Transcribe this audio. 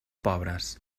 pobres